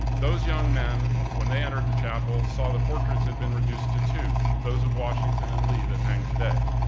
those young men, when they entered the chapel, saw the portraits had been reduced to two, those of washington and lee that hang today.